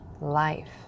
life